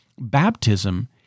Baptism